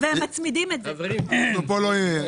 מירי, תסיימי.